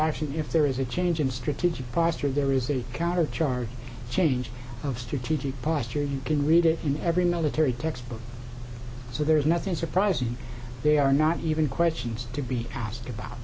action if there is a change in strategic posture there is a counter charge change of strategic posture you can read it in every military textbook so there's nothing surprising they are not even questions to be asked about